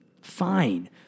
fine